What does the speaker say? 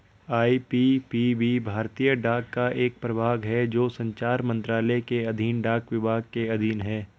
IPPB भारतीय डाक का एक प्रभाग है जो संचार मंत्रालय के अधीन डाक विभाग के अधीन है